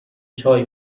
چای